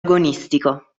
agonistico